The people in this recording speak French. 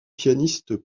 pianistes